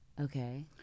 Okay